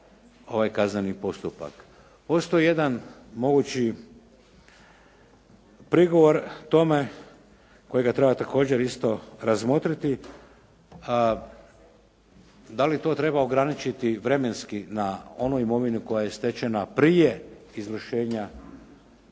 ovaj kazneni postupak. Postoji jedan mogući prigovor tome kojega treba također isto razmotriti. Da li to treba ograničiti vremenski na onu imovinu koja je stečena prije izvršenja toga